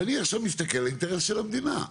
אבל אני עכשיו מסתכל על האינטרס של המדינה.